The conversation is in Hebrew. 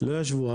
לא ישבו.